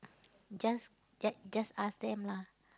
just just ask them lah